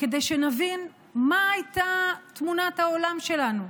כדי שנבין מה הייתה תמונת העולם שלנו,